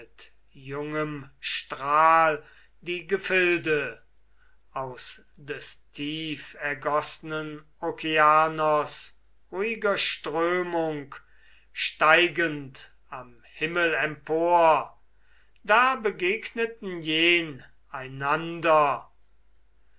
jungem strahl die gefilde aus des tiefergoßnen okeanos ruhiger strömung steigend am himmel empor da begegneten jen